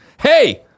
Hey